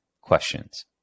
questions